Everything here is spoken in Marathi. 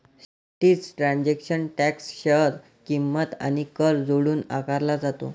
सिक्युरिटीज ट्रान्झॅक्शन टॅक्स शेअर किंमत आणि कर जोडून आकारला जातो